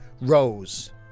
rose